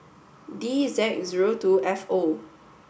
D Z zero two F O